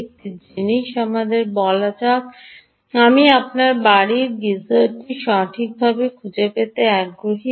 একটি জিনিস আমাদের বলা যাক আপনি আপনার বাড়ির গিজারটি সঠিকভাবে খুঁজে পেতে আগ্রহী